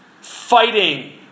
Fighting